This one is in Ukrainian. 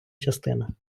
частина